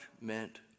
meant